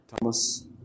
Thomas